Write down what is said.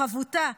חבוטה,